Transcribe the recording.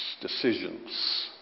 decisions